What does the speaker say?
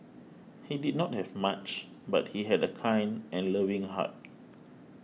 he did not have much but he had a kind and loving heart